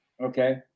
Okay